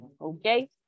Okay